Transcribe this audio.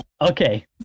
Okay